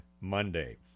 Monday